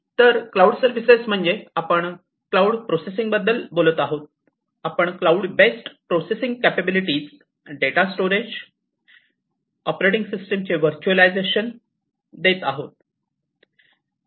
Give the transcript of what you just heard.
तर cloud services म्हणजे आपण प्रोसेसिंग बद्दल बोलत आहोत आपण cloud based processing capabilities data storage क्षमता डेटा स्टोरेज ऑपरेटिंग सिस्टमचे व्हर्च्युअलायझेशन देत आहोत